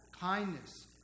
kindness